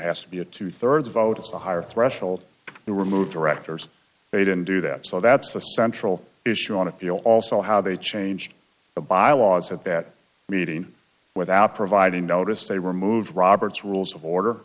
has to be a two thirds vote it's a higher threshold to remove directors they didn't do that so that's the central issue on appeal also how they changed the bylaws at that meeting without providing notice they removed robert's rules of order